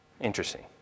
Interesting